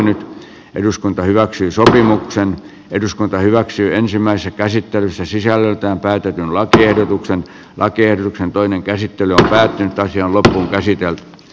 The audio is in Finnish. nyt eduskunta hyväksyi sopimuksen eduskunta hyväksyi ensimmäisen käsittelyssä sisällöltään käytetyn lakiehdotuksen rakennuksen toinen käsittely on päättynyt ja ollut käsityötä